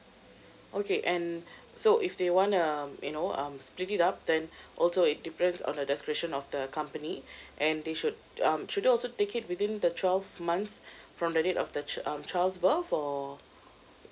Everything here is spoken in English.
okay and so if they want um you know um split it up then also it depends on the discretion of the company and they should um should they also take it within the twelve months from the date of the ch~ um child's birth or